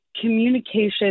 communication